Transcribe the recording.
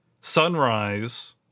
Sunrise